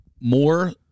more